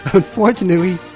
unfortunately